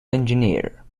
engineer